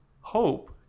Hope